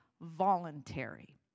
voluntary